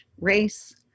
race